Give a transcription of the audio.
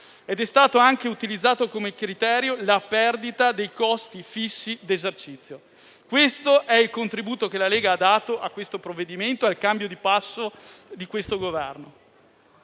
ed è stato utilizzato come criterio la perdita dei costi fissi d'esercizio. Questo è il contributo che la Lega ha dato a questo provvedimento e al cambio di passo di questo Governo.